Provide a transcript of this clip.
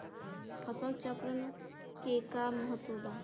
फसल चक्रण क का महत्त्व बा?